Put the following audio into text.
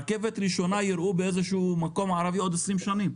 רכבת ראשונה יראו באיזה ישוב ערבי בעוד 20 שנים.